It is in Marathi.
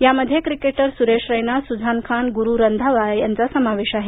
यामध्ये क्रिकेटर सुरेश रैना सुझान खान गुरु रंधावा यांचा समावेश आहे